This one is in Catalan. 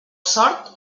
sort